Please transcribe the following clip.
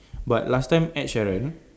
but last time Ed Sheeran